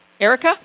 Erica